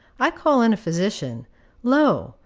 i call in a physician lo!